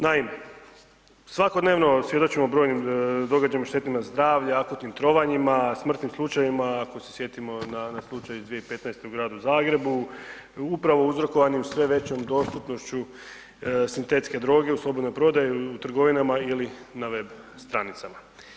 Naime, svakodnevno svjedočimo o brojnim događajima štetnima za zdravlja akutnim trovanjima, smrtnim slučajevima ako se sjetimo na slučaj 2015. u Gradu Zagrebu, upravo uzrokovano sve većem dostupnošću sintetske droge u slobodnoj prodaji u trgovinama ili na web stranicama.